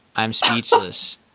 i'm speechless